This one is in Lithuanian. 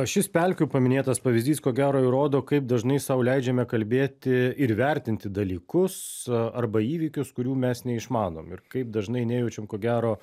šis pelkių paminėtas pavyzdys ko gero įrodo kaip dažnai sau leidžiame kalbėti ir vertinti dalykus arba įvykius kurių mes neišmanom ir kaip dažnai nejaučiam ko gero